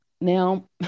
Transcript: Now